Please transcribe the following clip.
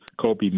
Kobe